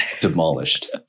demolished